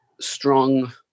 strong